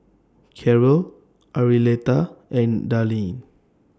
Karol Arletta and Darlene